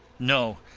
no,